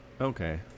Okay